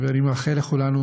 ואני מאחל לכולנו